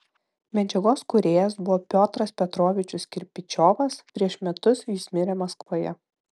medžiagos kūrėjas buvo piotras petrovičius kirpičiovas prieš metus jis mirė maskvoje